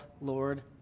Lord